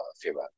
fever